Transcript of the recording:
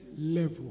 level